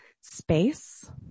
space